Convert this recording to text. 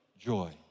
Joy